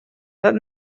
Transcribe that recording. edat